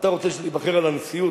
אתה רוצה להיבחר לנשיאות,